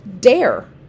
dare